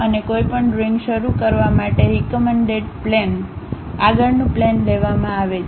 અને કોઈપણ ડ્રોઇંગ શરૂ કરવા માટે રીક્મન્ડેડ પ્લેન આગળનું પ્લેન લેવામાં આવે છે